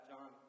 John